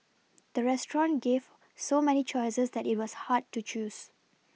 the restaurant gave so many choices that it was hard to choose